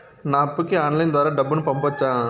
నా అప్పుకి ఆన్లైన్ ద్వారా డబ్బును పంపొచ్చా